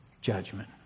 judgment